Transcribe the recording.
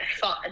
fun